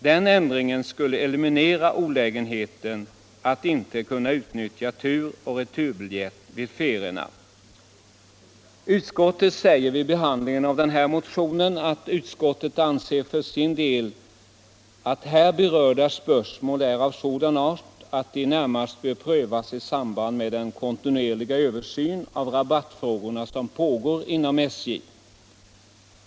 Den ändringen skulle eliminera olägenheten att inte kunna utnyttja turoch returbiljett vid ferier. Utskottet säger vid behandlingen av denna motion: ”Utskottet anser för sin del att här berörda spörsmål är av sådan art att de närmast bör prövas i samband med den kontinuerliga översyn av rabattfrågorna som pågår inom SJ.